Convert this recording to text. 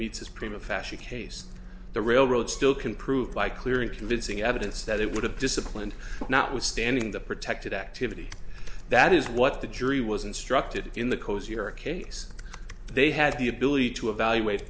his prima fashion case the railroad still can prove by clear and convincing evidence that it would have disciplined notwithstanding the protected activity that is what the jury was instructed in the cozier case they had the ability to evaluate